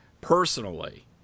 personally